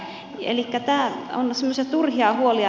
elikkä nämä ovat semmoisia turhia huolia